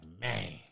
man